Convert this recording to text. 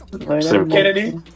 Kennedy